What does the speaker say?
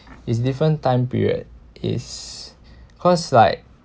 is different time period is cause like